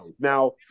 Now